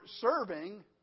serving